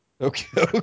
Okay